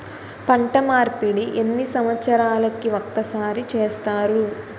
పంట మార్పిడి ఎన్ని సంవత్సరాలకి ఒక్కసారి చేస్తారు?